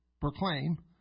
proclaim